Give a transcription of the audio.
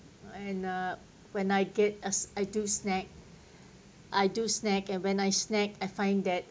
and uh when I get as I do snack I do snack and when I snack I find that